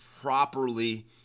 properly